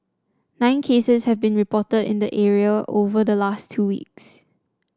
nine cases have been reported in the area over the last two weeks